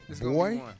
boy